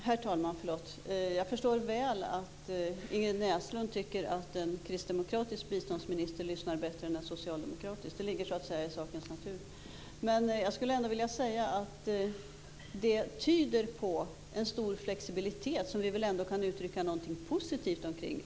Herr talman! Jag förstår att Ingrid Näslund tycker att en kristdemokratisk biståndsminister lyssnar bättre än en socialdemokratisk. Det ligger i sakens natur. Att regeringen i dag beslutar att ha en diplomatisk närvaro i Kinshasa tyder på en stor flexibilitet som vi väl kan uttrycka någonting positivt omkring.